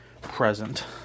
present